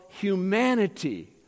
humanity